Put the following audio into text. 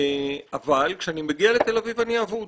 אבל כשהם מגיעים לתל אביב, הם אבודים.